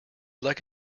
like